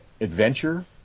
Adventure